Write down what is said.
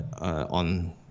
on